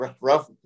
rough